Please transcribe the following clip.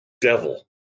devil